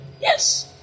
Yes